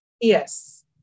Yes